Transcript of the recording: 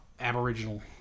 aboriginal